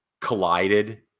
collided